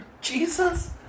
Jesus